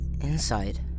inside